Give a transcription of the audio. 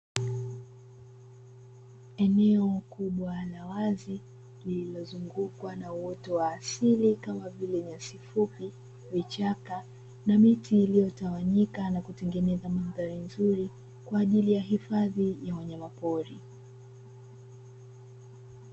Eneo kubwa la wazi lililozungukwa na uoto wa asili kama vile nyasi fupi, vichaka na miti iliyotawanyika na kutengeneza mandhari nzuri kwa ajili ya hifadhi ya wanyama pori.